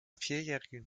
vierjährigen